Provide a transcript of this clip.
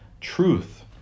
truth